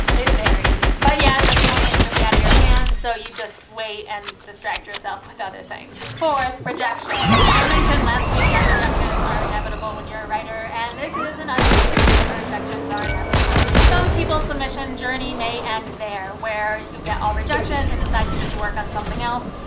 it varies. but yeah, at this point it's really out of your hands, so you just wait and distract yourself with other things. fourth, rejections. i mentioned last week that rejections are inevitable when you're a writer, and this is another stage where rejections are inevitable. some people's submission journey may end there, where you get all rejections and decide to just work on something else,